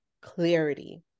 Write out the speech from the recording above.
clarity